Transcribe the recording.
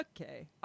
Okay